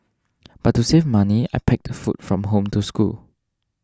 but to save money I packed food from home to school